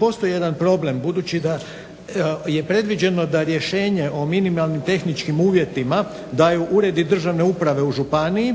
postoji jedan problem, budući da je predviđeno da rješenje o minimalnim tehničkim uvjetima daju uredi državne uprave u županiji,